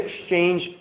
exchange